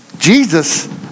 Jesus